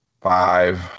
five